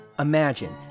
Imagine